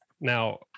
Now